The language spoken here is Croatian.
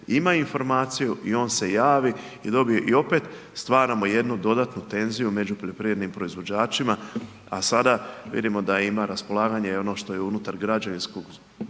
ima informaciju i on se javi i dobije i opet stvaramo jednu dodatnu tenziju među poljoprivrednim proizvođačima, a sada vidimo da ima raspolaganje ono što je i unutar građevinskog